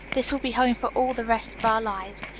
this will be home for all the rest of our lives.